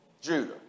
Judah